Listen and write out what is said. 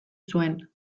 zuen